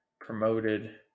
promoted